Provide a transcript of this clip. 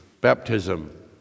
baptism